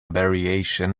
variation